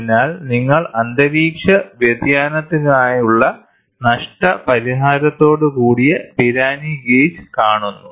അതിനാൽ നിങ്ങൾ അന്തരീക്ഷ വ്യതിയാനത്തിനായുള്ള നഷ്ടപരിഹാരത്തോടുകൂടിയ പിരാനി ഗേജ് കാണുന്നു